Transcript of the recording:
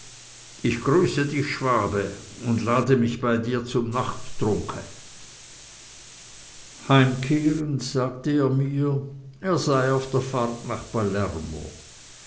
ich grüße dich schwabe und lade mich bei dir zum nachttrunke heimkehrend sagte er mir er sei auf der fahrt nach